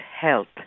health